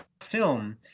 film